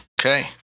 Okay